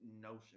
notion